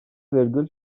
virgül